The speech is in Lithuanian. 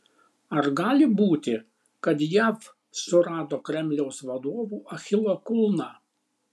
ar gali būti kad jav surado kremliaus vadovų achilo kulną